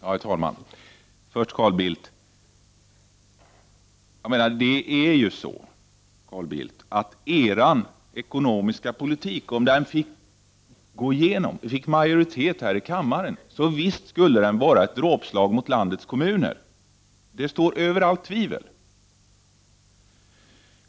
Herr talman! Först till Carl Bildt. Det är ju så, Carl Bildt, att om ni fick majoritet här i kammaren för er ekonomiska politik, så visst skulle den vara ett dråpslag mot landets kommuner! Det står över allt tvivel.